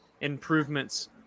improvements